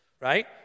right